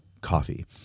coffee